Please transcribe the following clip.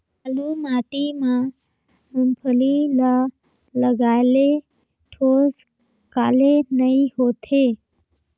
बालू माटी मा मुंगफली ला लगाले ठोस काले नइ होथे?